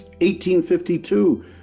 1852